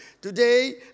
Today